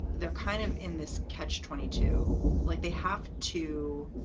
they're kind of in this catch twenty two like they have to.